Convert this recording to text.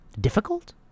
difficult